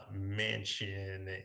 Mansion